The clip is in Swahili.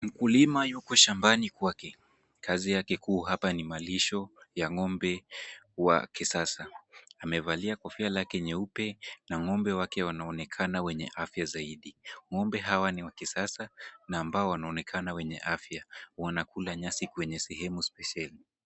Mkulima yuko shambani kwake. Kazi yake kuu hapa ni malisho ya ng'ombe wa kisasa. Amevalia kofia lake nyeupe na ng'ombe wake wanaonekana wenye afya zaidi. Ng'ombe hawa ni wa kisasa na ambao wanaonekana wenye afya. Wanakula nyasi kwenye sehemu spesheli .